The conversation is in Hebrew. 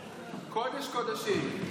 קודש-קודשים.